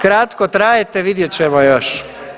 Kratko trajete, vidjet ćemo još.